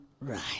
right